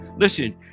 listen